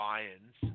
Lions